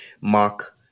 mark